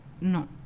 no